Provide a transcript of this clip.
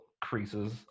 Creases